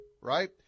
right